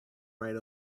ride